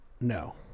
No